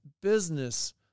business